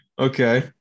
Okay